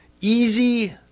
easy